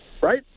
Right